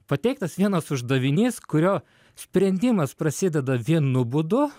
pateiktas vienas uždavinys kurio sprendimas prasideda vienu būdu